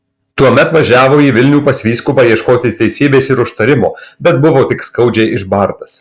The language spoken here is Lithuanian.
tuomet važiavo į vilnių pas vyskupą ieškoti teisybės ir užtarimo bet buvo tik skaudžiai išbartas